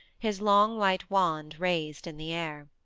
his long white wand raised in the air.